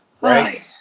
right